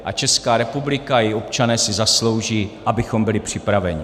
A Česká republika i občané si zaslouží, abychom byli připraveni.